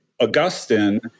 Augustine